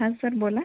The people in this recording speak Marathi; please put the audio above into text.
हा सर बोला